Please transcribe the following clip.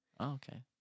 okay